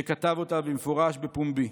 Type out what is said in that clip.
שכתב אותה במפורש בפומבי.